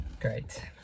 Great